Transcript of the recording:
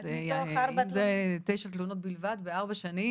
אם זה תשע תלונות בלבד בארבע שנים,